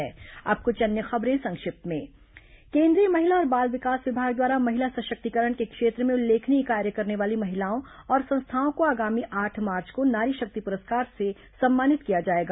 संक्षिप्त समाचार अब कुछ अन्य खबरें संक्षिप्त में केन्द्रीय महिला और बाल विकास विभाग द्वारा महिला सशक्तिकरण के क्षेत्र में उल्लेखनीय कार्य करने वाली महिलाओं और संस्थाओं को आगामी आठ मार्च को नारी शक्ति पुरस्कार से सम्मानित किया जाएगा